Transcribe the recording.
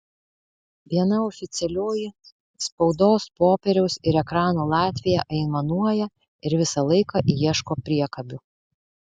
viena oficialioji spaudos popieriaus ir ekrano latvija aimanuoja ir visą laiką ieško priekabių